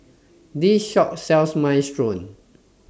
This Shop sells Minestrone